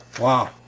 Wow